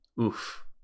oof